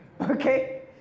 okay